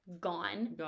gone